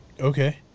okay